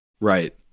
Right